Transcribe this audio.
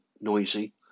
noisy